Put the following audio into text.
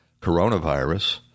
coronavirus